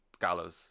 Gallows